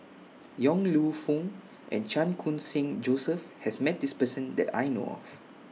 Yong Lew Foong and Chan Khun Sing Joseph has Met This Person that I know of